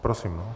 Prosím.